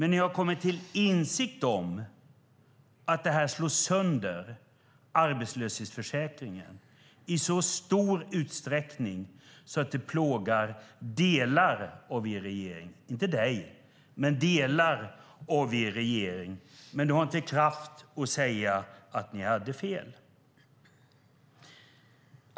Ni har kommit till insikt om att det här slår sönder arbetslöshetsförsäkringen i så stor utsträckning att det plågar delar av er regering - inte dig - men du har inte kraft att säga att ni hade fel.